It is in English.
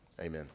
Amen